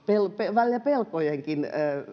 välillä pelkojenkin